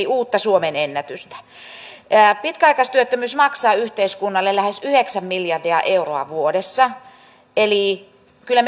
uutta suomenennätystä pitkäaikaistyöttömyys maksaa yhteiskunnalle lähes yhdeksän miljardia euroa vuodessa eli kyllä